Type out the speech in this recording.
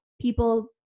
people